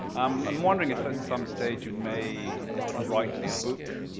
um i'm wondering if, at some stage, you may write a book,